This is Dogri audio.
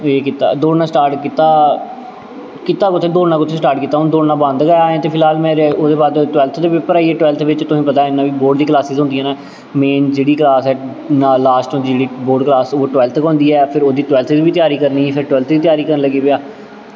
दौड़ना स्टार्ट कीता कीता कु'त्थें दौड़ना कुत्थें स्टार्ट कीता हून दौड़ना बंद गै ऐ ते ते फिलहाल ओह्दे बाद टवैल्थ दे पेपर आई गे टवैल्थ बिच्च तुसेंगी पता ऐ इन्ना कि बोर्ड़ दी क्लासिस होंदियां न मेन जेह्ड़ी क्लास ऐ लास्ट दी जेह्ड़ी बोर्ड़ क्लास टवैल्थ गै होंदी ऐ फिर ओह्दी टवैल्थ दी बी त्यारी करनी ही फिर टवैल्थ दी त्यारी करना लग्गी पेआ